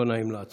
לא נעים לעצור.